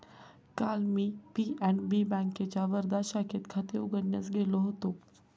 काल मी पी.एन.बी बँकेच्या वर्धा शाखेत खाते उघडण्यास गेलो होतो